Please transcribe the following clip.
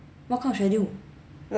what kind of schedule